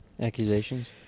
accusations